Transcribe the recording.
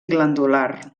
glandular